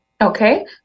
Okay